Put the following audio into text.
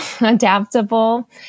adaptable